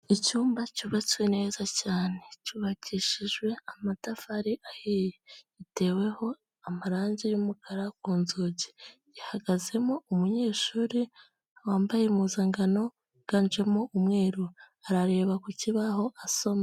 Icyumba cyubatswe neza cyane, cyubakishijwe amatafari ahiye, giteweho amarange y'umukara ku nzugi, gihagazemo umunyeshuri wambaye impuzangano yiganjemo umweru, arareba ku kibaho asoma.